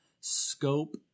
scope